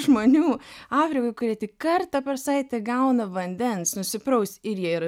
žmonių afrikoj kurie tik kartą per savaitę gauna vandens nusipraust ir jie yra